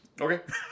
Okay